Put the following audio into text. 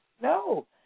No